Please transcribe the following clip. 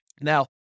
Now